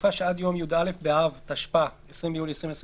בתקופה שעד יום י"א באב התשפ"א (20 ביולי 2021)